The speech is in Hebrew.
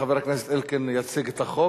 חבר הכנסת אלקין יציג את החוק,